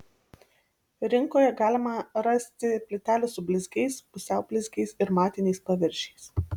rinkoje galima rasti plytelių su blizgiais pusiau blizgiais ir matiniais paviršiais